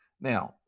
now